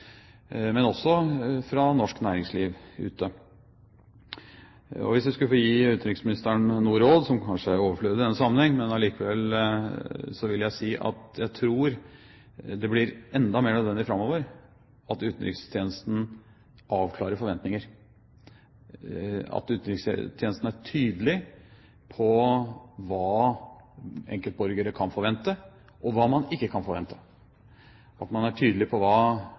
men også fra norsk næringsliv ute. Hvis jeg skal få gi utenriksministeren noe råd, som kanskje er overflødig i denne sammenhengen, vil jeg si at jeg tror det blir enda mer nødvendig framover at utenrikstjenesten avklarer forventninger, at utenrikstjenesten er tydelig på hva enkeltborgere kan forvente, og hva man ikke kan forvente, at man er tydelig på hva